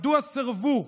מדוע סירבו?